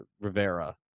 Rivera